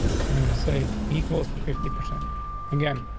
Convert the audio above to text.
i'm gonna say he close to fifty percent again.